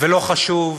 ולא חשוב,